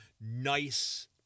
nice